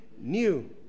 new